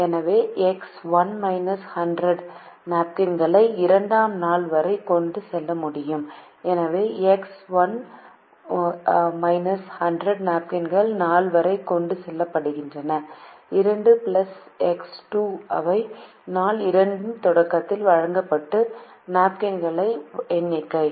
எனவே எக்ஸ் 1−100 நாப்கின்களை 2 ஆம் நாள் வரை கொண்டு செல்ல முடியும் எனவே எக்ஸ் 1−100 நாப்கின்கள் நாள் வரை கொண்டு செல்லப்படுகின்றன 2 பிளஸ் எக்ஸ் 2 அவை நாள் 2 இன் தொடக்கத்தில் வாங்கப்பட்ட நாப்கின்களின் எண்ணிக்கை